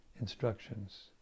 instructions